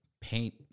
paint